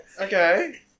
Okay